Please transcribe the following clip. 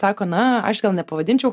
sako na aš gal nepavadinčiau